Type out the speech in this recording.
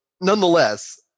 nonetheless